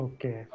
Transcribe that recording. Okay